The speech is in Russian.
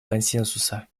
консенсуса